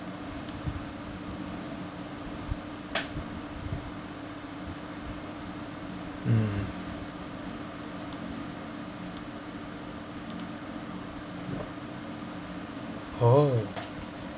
mm oh